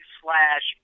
slash